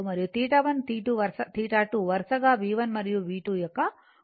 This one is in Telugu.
మరియు θ1 θ2 వరుసగా V1 మరియు V2 యొక్క కోణాలు